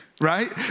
right